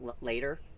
later